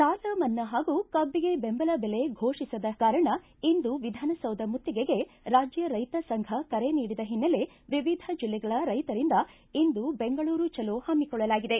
ಸಾಲ ಮನ್ನಾ ಹಾಗೂ ಕಬ್ಬಿಗೆ ಬೆಂಬಲ ಬೆಲೆ ಫೋಷಿಸದ ಕಾರಣ ಇಂದು ವಿಧಾನಸೌಧ ಮುತ್ತಿಗೆಗೆ ರಾಜ್ಯ ರೈತ ಸಂಘ ಕರೆ ನೀಡಿದ ಹಿನ್ನೆಲೆ ವಿವಿಧ ಜಿಲ್ಲೆಗಳ ರೈತರಿಂದ ಬೆಂಗಳೂರು ಚಲೋ ಹಮ್ನಿಕೊಳ್ಳಲಾಗಿದೆ